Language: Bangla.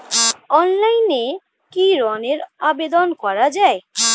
অনলাইনে কি ঋনের আবেদন করা যায়?